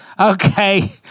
Okay